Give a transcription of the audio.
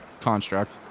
construct